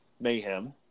mayhem